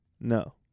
No